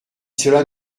cela